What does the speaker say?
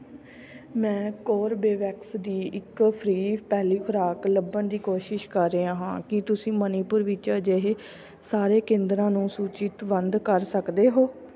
ਮੈਂ ਕੋਰਬੇਵੈਕਸ ਦੀ ਇੱਕ ਫ੍ਰੀ ਪਹਿਲੀ ਖੁਰਾਕ ਲੱਭਣ ਦੀ ਕੋਸ਼ਿਸ਼ ਕਰ ਰਿਹਾ ਹਾਂ ਕੀ ਤੁਸੀਂ ਮਨੀਪੁਰ ਵਿੱਚ ਅਜਿਹੇ ਸਾਰੇ ਕੇਂਦਰਾਂ ਨੂੰ ਸੂਚੀਬੱਧ ਕਰ ਸਕਦੇ ਹੋ